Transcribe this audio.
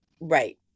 Right